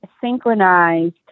synchronized